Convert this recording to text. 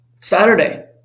Saturday